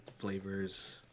flavors